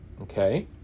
Okay